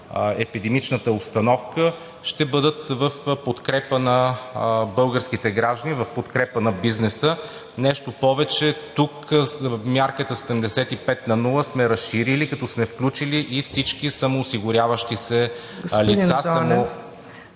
епидемичната обстановка, ще бъдат в подкрепа на българските граждани, в подкрепа на бизнеса. Нещо повече, тук мярката 75/0 сме разширили, като сме включили и всички самоосигуряващи се лица.